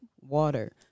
water